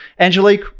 Angelique